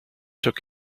took